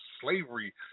slavery